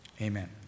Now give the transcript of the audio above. amen